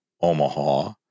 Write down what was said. Omaha